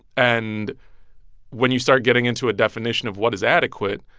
and when you start getting into a definition of what is adequate,